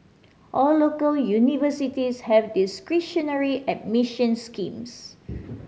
all local universities have discretionary admission schemes